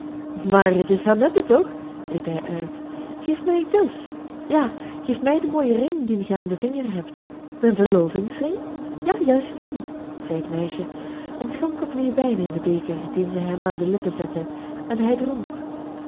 maar het is annette toch riep hij uit geef mij een kus ja geef mij den mooien ring dien ge aan den vinger hebt mijn verlovingsring ja juist dien zei het meisje en schonk op nieuw wijn in den beker dien zij hem aan de lippen zette en hij dronk